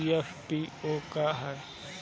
FPO का ह?